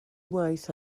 waith